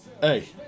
Hey